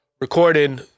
recording